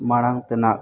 ᱢᱟᱲᱟᱝ ᱛᱮᱱᱟᱜ